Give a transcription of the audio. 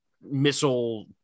missile